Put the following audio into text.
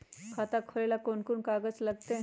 खाता खोले ले कौन कौन कागज लगतै?